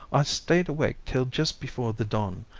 i stayed awake till just before the dawn,